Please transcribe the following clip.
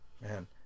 Man